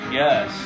yes